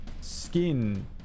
skin